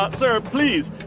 but sir, please.